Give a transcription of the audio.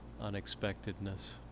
unexpectedness